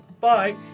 Bye